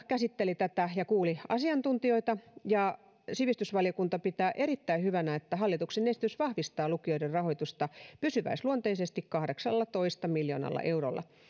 käsitteli tätä ja kuuli asiantuntijoita ja valiokunta pitää erittäin hyvänä että hallituksen esitys vahvistaa lukioiden rahoitusta pysyväisluonteisesti kahdeksallatoista miljoonalla eurolla